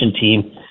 team